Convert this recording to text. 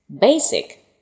Basic